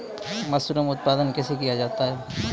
Mushroom उत्पादन कैसे किया जाय?